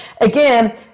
again